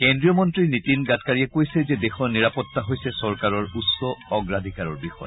কেন্দ্ৰীয় মন্ত্ৰী নীতিন গাডকাৰীয়ে কৈছে যে দেশৰ নিৰাপত্তা হৈছে চৰকাৰৰ উচ্চ অগ্ৰাধিকাৰ বিষয়